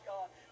God